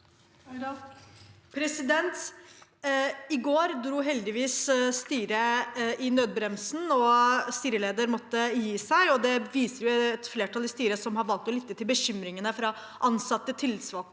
I går dro heldigvis sty- ret i nødbremsen, og styrelederen måtte gi seg. Det viser at et flertall i styret har valgt å lytte til bekymringene fra ansatte, tillitsvalgte